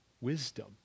wisdom